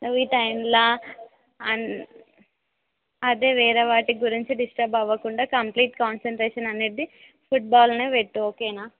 నువ్వు ఈ టైంలో అన్ అదే వేరే వాటి గురించి డిస్టర్బ్ అవ్వకుండా కంప్లీట్ కాన్సన్ట్రేషన్ అనేది ఫుడ్బాల్లో పెట్టు ఓకేనా